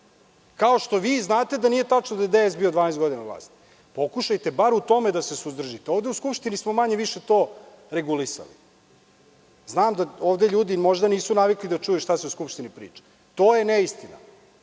kao što i vi znate da nije tačno da je DS bio 12 godina na vlasti. Pokušajte bar u tome da se suzdržite. Ovde u Skupštini smo to manje-više regulisali. Znam da ljudi ovde možda nisu navikli da čuju šta se u Skupštini priča. To je neistina. Mi